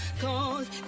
cause